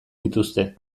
dituzte